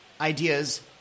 ideas